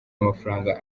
amafaranga